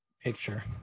picture